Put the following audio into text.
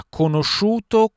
conosciuto